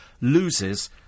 loses